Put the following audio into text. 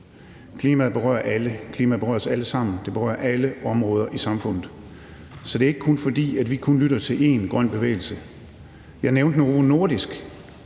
ikke en enkeltsag. Klimaet berører os alle sammen – det berører alle områder i samfundet. Så det er ikke, fordi vi kun lytter til én grøn bevægelse. Jeg nævnte Novo Nordisk,